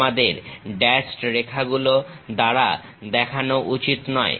আমাদের ড্যাশড রেখাগুলো দ্বারা দেখানো উচিত নয়